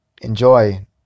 enjoy